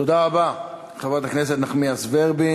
תודה רבה, חברת הכנסת נחמיאס ורבין.